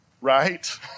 right